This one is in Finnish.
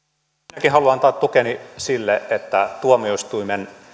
minäkin haluan antaa tukeni sille että tuomioistuimen